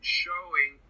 showing